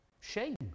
shame